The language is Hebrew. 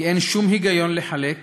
כי אין שום היגיון להפריד